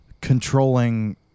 controlling